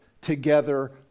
together